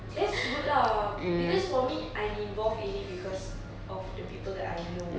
that's good lah because for me I'm involved in it because of the people I know